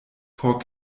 por